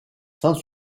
sans